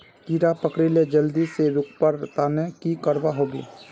कीड़ा पकरिले जल्दी से रुकवा र तने की करवा होबे?